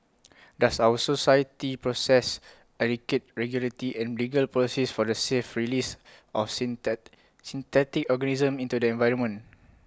does our society possess adequate regulatory and legal policies for the safe release of synth synthetic organisms into the environment